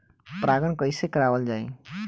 परागण कइसे करावल जाई?